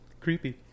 creepy